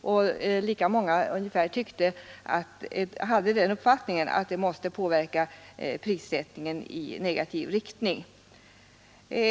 Ungefär lika många hade den uppfattningen att söndagsöppethållande måste påverka prissättningen i negativ riktning.